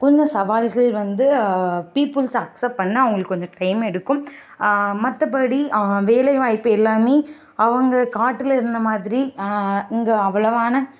கொஞ்சம் சவால்கள் வந்து பீப்பிள்ஸ் அக்ஸ்ப்ட் பண்ண அவங்களுக்கு கொஞ்சம் டைம் எடுக்கும் மற்றபடி வேலை வாய்ப்பு எல்லாமே அவங்க காட்டில் இருந்த மாதிரி இங்கே அவ்வளோவான